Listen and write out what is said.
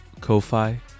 Ko-Fi